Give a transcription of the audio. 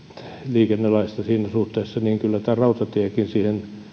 liikennelaista siinä suhteessa niin kyllä tämä rautatiekin siihen